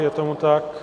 Je tomu tak?